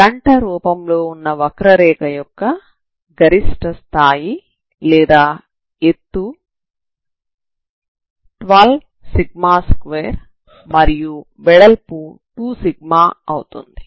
గంట రూపంలో వున్న వక్రరేఖ యొక్క గరిష్ట స్థాయి లేదా ఎత్తు 12σ2 మరియు వెడల్పు 2σ అవుతుంది